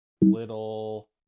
little